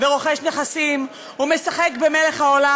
ורוכש נכסים ומשחק במלך העולם.